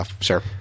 sure